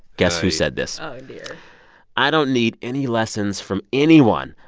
guess who said this oh, dear i don't need any lessons from anyone,